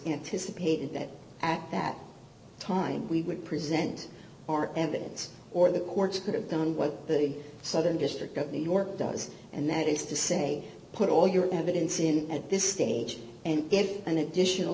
anticipated that at that time we would present evidence or the courts could have done what the southern district of new york does and that is to say put all your evidence in at this stage and get an additional